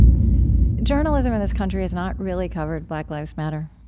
journalism in this country has not really covered black lives matter,